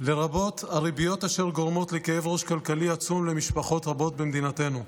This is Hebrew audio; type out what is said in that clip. ורבות הריביות אשר גורמות כאב ראש כלכלי עצום למשפחות רבות במדינתנו.